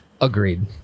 Agreed